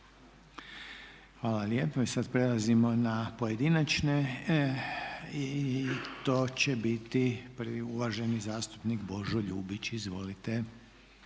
Hvala lijepa. I sada prelazimo na pojedinačne i to će biti prvi uvaženi zastupnik Božo Ljubić. Izvolite.